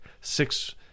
six